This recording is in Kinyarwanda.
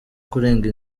kurenga